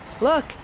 Look